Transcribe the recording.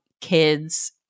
kids